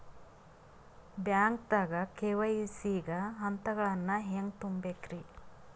ಬ್ಯಾಂಕ್ದಾಗ ಕೆ.ವೈ.ಸಿ ಗ ಹಂತಗಳನ್ನ ಹೆಂಗ್ ತುಂಬೇಕ್ರಿ?